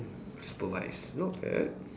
supervise nope err